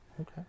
Okay